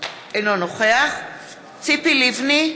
אינו נוכח ציפי לבני,